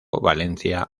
valencia